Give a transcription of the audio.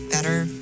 better